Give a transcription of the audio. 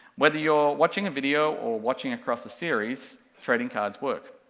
whether you're watching a video or watching across a series, trading cards work.